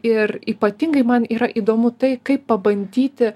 ir ypatingai man yra įdomu tai kaip pabandyti